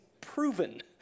proven